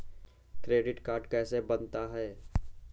Credit card कैसे बनता है?